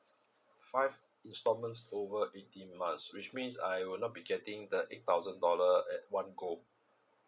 five installments over eighteen months which means I will not be getting the eight thousand dollar at one go